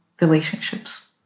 relationships